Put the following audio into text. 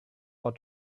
for